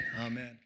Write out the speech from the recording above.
Amen